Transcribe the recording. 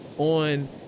on